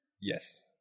Yes